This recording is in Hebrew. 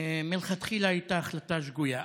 מלכתחילה הייתה החלטה שגויה,